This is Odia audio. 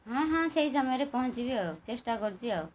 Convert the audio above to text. ହଁ ହଁ ସେଇ ସମୟରେ ପହଞ୍ଚିବି ଆଉ ଚେଷ୍ଟା କରୁଛି ଆଉ